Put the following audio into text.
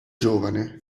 giovane